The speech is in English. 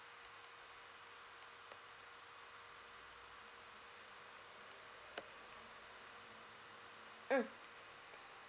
mm